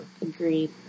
Agreed